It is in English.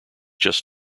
just